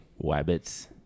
Wabbits